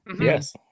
Yes